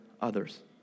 others